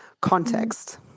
context